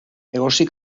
egosi